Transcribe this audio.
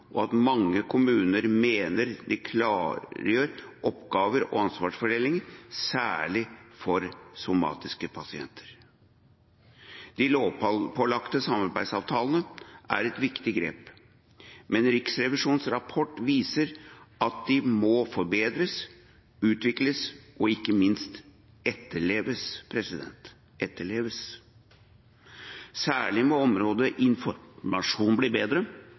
og at mange kommuner mener de klargjør oppgave- og ansvarsfordelingen, særlig for somatiske pasienter. De lovpålagte samarbeidsavtalene er et viktig grep, men Riksrevisjonens rapport viser at de må forbedres, utvikles og ikke minst etterleves. Særlig må området «informasjon» bli bedre,